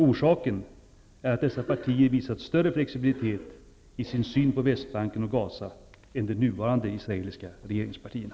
Orsaken är att dessa partier har visat större flexibilitet i sin syn på Västbanken och Gaza än de nuvarande israeliska regeringspartierna.